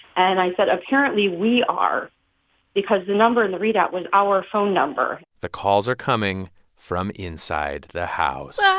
and i said, apparently we are because the number in the readout was our phone number the calls are coming from inside the house so